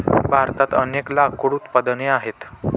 भारतात अनेक लाकूड उत्पादने आहेत